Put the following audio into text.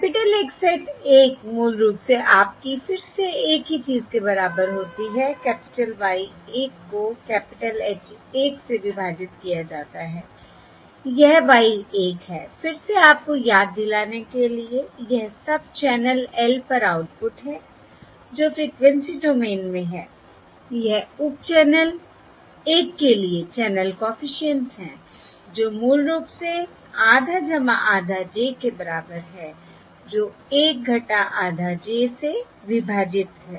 capital X hat 1 मूल रूप से आपकी फिर से एक ही चीज के बराबर होती है कैपिटल Y 1 को कैपिटल H 1 से विभाजित किया जाता है यह Y 1 है फिर से आपको याद दिलाने के लिए यह सब चैनल l पर आउटपुट है जो फ्रिकवेंसी डोमेन में है यह उप चैनल 1 के लिए चैनल कॉफिशिएंट्स है जो मूल रूप से आधा आधा j के बराबर है जो 1 आधा j से विभाजित है